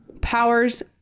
Powers